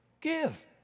Give